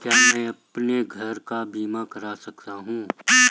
क्या मैं अपने घर का बीमा करा सकता हूँ?